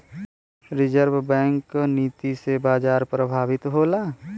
reserve bank क नीति से बाजार प्रभावित होला